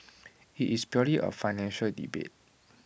IT is purely A financial debate